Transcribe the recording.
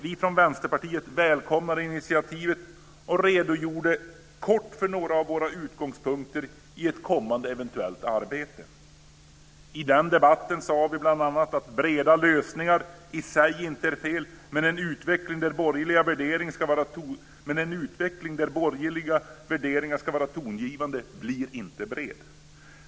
Vi från Vänsterpartiet välkomnade initiativet och redogjorde kort för några av våra utgångspunkter i ett kommande eventuellt samarbete. I den debatten sade vi bl.a. att breda lösningar i sig inte är fel, men en utveckling där borgerliga värderingar ska vara tongivande blir inte bred.